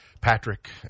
Patrick